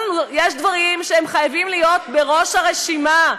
יש דברים שחייבים להיות בראש הרשימה.